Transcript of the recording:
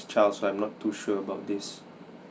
child so I'm not too sure about this